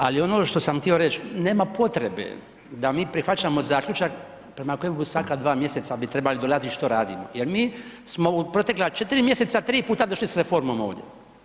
Ali ono što sam htio reć, nema potrebe da mi prihvaćamo zaključak prema kojemu svaka dva mjeseca bi trebali dolazit što radimo jer mi smo u protekla 4 mjeseca, 3 puta došli s reformom ovdje.